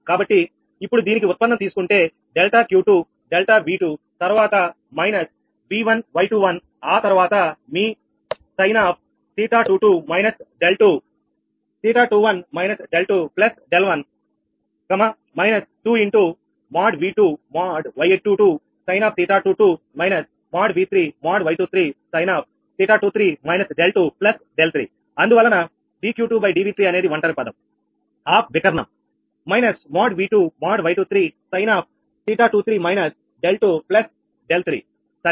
కాబట్టి ఇప్పుడు దీనికి ఉత్పన్నం తీసుకుంటే డెల్టా Q2 డెల్టా V2 తర్వాత మైనస్ V1 Y21 ఆ తర్వాత మీ sin𝜃22 - 𝛿2 𝜃21− 𝛿2 𝛿1 2|𝑉2||𝑌22| sin𝜃22 |𝑉3||𝑌23| sin𝜃23− 𝛿2 𝛿3 అందువలన dQ2dV3 అనేది ఒంటరి పదం ఆఫ్ వికర్ణం |𝑉2||𝑌23| sin𝜃23− 𝛿2 𝛿3 సరేనా